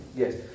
Yes